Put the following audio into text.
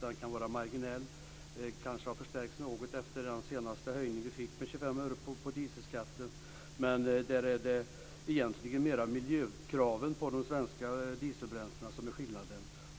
Den kan vara marginell, men den kan ha stärkts något efter höjningen på 25 öre på dieselskatten. Men det är egentligen miljökraven på de svenska dieselbränslena som utgör skillnaden.